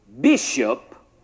Bishop